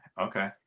okay